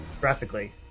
graphically